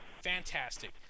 Fantastic